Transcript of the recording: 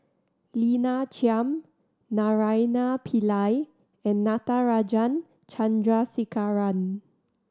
Lina Chiam Naraina Pillai and Natarajan Chandrasekaran